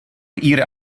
ihre